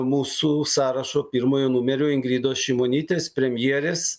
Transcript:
mūsų sąrašo pirmuojo numerio ingridos šimonytės premjerės